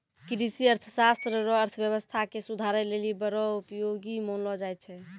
कृषि अर्थशास्त्र रो अर्थव्यवस्था के सुधारै लेली बड़ो उपयोगी मानलो जाय छै